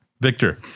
Victor